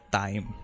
time